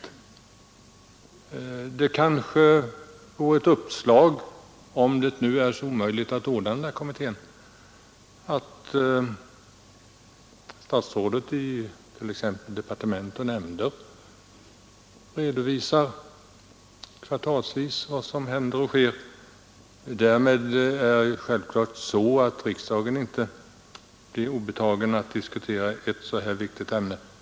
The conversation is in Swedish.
Det kanske vore ett uppslag, om det nu är så omöjligt att ordna denna kommitté att statsrådet i t.ex. Från departement och nämnder kvartalsvis redovisar vad som händer och sker. Därmed blir självfallet riksdagen inte obetagen att diskutera ett så här viktigt ämne.